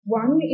one